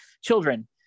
children